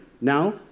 now